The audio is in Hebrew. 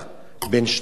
בין שתי העיניים.